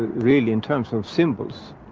really in terms of symbols,